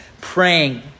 praying